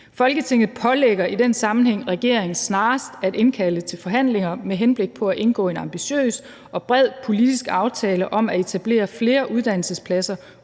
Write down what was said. Folketinget pålægger i den sammenhæng regeringen snarest at indkalde til forhandlinger med henblik på at indgå en ambitiøs og bred politisk aftale om at etablere flere uddannelsespladser